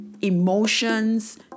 emotions